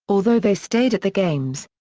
although they stayed at the games.